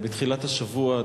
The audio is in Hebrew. בתחילת השבוע,